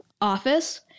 office